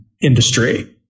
industry